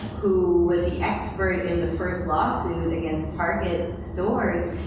who was the expert in the first lawsuit against target stores,